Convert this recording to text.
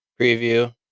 preview